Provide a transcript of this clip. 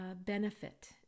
benefit